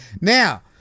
now